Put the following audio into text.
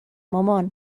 مامان